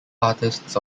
artists